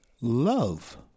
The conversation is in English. love